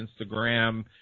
Instagram